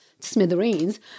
smithereens